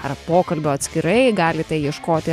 ar pokalbio atskirai galite ieškoti